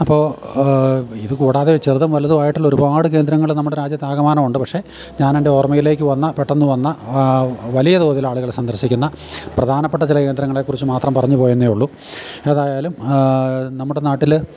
അപ്പോള് ഇതു കൂടാതെ ചെറുതും വലുതുമായിട്ടുള്ള ഒരുപാട് കേന്ദ്രങ്ങള് നമ്മുടെ രാജ്യത്താകമാനമുണ്ട് പക്ഷെ ഞാനെൻ്റെ ഓർമ്മയിലേക്കു വന്ന പെട്ടെന്നു വന്ന വലിയ തോതിൽ ആളുകള് സന്ദർശിക്കുന്ന പ്രധാനപ്പെട്ട ചില കേന്ദ്രങ്ങളെക്കുറിച്ച് മാത്രം പറഞ്ഞുപോയെന്നേ ഉള്ളു ഏതായാലും നമ്മുടെ നാട്ടില്